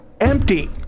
Empty